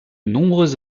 nombreuses